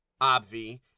Obvi